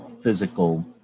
physical